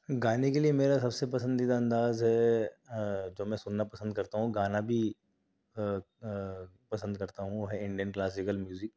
گانے کے لئے میرا سب سے پسندیدہ انداز ہے تو میں سننا پسند کرتا ہوں گانا بھی پسند کرتا ہوں انڈین کلاسیکل میوزک